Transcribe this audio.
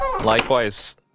Likewise